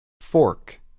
Fork